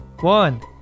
one